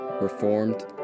Reformed